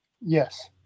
Yes